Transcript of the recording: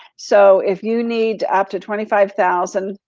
so, if you need up to twenty five thousand,